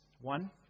One